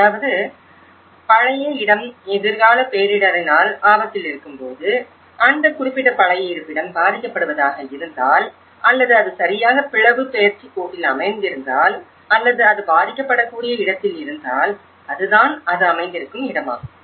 அதாவது பழைய இடம் எதிர்கால பேரிடரினால் ஆபத்தில் இருக்கும்போது அந்த குறிப்பிட்ட பழைய இருப்பிடம் பாதிக்கப்படுவதாக இருந்தால் அல்லது அது சரியாக பிளவுப் பெயர்ச்சிக்கோட்டில் அமைந்திருந்தால் அல்லது அது பாதிக்கப்படக்கூடிய இடத்தில் இருந்தால் அதுதான் அது அமைந்திருக்கும் இடமாகும்